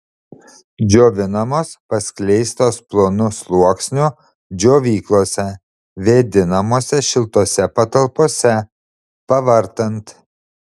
džiovinamos paskleistos plonu sluoksniu džiovyklose vėdinamose šiltose patalpose pavartant